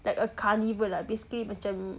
like a carnival like basically macam